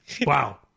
Wow